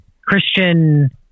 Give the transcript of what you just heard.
Christian